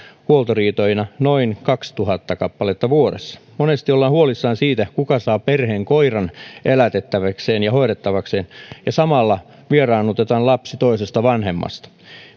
huoltoriitoina noin kaksituhatta kappaletta vuodessa monesti ollaan huolissaan siitä kuka saa perheen koiran elätettäväkseen ja hoidettavakseen mutta samalla vieraannutetaan lapsi toisesta vanhemmasta